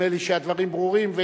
נדמה לי שהדברים ברורים,